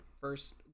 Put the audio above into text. first